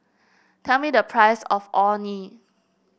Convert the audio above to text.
tell me the price of Orh Nee